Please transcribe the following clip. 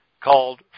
called